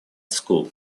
school